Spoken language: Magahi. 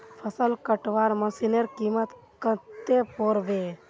फसल कटवार मशीनेर कीमत कत्ते पोर बे